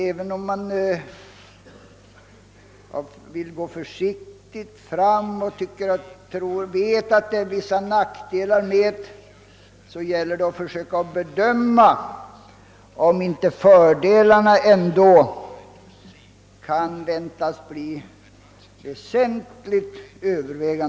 Även om man vill gå försiktigt fram med tanke på nackdelarna gäller det att försöka bedöma, om inte fördelarna ändå kan väntas äverväga väsentligt.